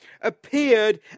appeared